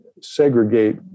segregate